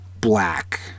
black